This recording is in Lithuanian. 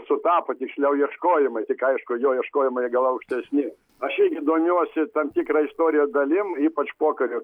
sutapo tiksliau ieškojimai tik aišku jo ieškojimai gal aukštesni aš irgi domiuosi tam tikra istorija dalim ypač pokario